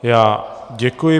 Já děkuji.